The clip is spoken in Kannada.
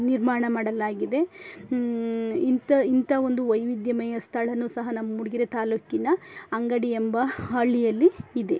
ನಿರ್ಮಾಣ ಮಾಡಲಾಗಿದೆ ಇಂಥ ಇಂಥವೊಂದು ವೈವಿಧ್ಯಮಯ ಸ್ಥಳವೂ ಸಹ ನಮ್ಮ ಮೂಡಿಗೆರೆ ತಾಲೂಕಿನ ಅಂಗಡಿ ಎಂಬ ಹಳ್ಳಿಯಲ್ಲಿ ಇದೆ